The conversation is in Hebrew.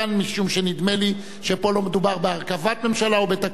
משום שנדמה לי שפה לא מדובר בהרכבת ממשלה או בתקציב,